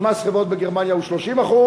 שמס חברות בגרמניה הוא 30%,